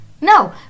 no